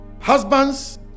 husbands